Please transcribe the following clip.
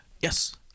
Yes